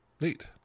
Neat